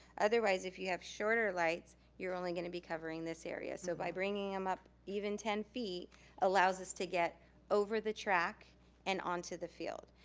otherwise if you have shorter lights, you're only gonna be covering this area. so by bringing em up even ten feet allows us to get over the track and onto the field.